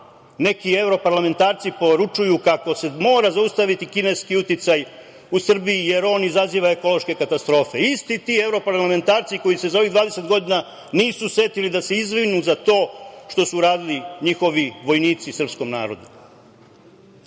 neki evroparlamentarci poručuju kako se mora zaustaviti kineski uticaj u Srbiji, jer on izaziva ekološke katastrofe. Isti ti evropralamentarci koji se za ovih 20 godina nisu setili da se izvinu za to što su uradili njihovi vojnici srpskom narodu. Zato